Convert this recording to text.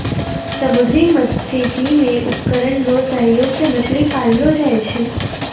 समुन्द्री मत्स्यिकी मे उपकरण रो सहयोग से मछली पाललो जाय छै